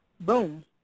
boom